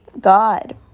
God